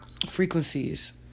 frequencies